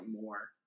more